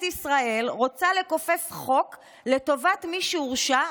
ישראל רוצה לכופף חוק לטובת מי שהורשע,